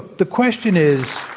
the question is,